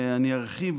אני ארחיב,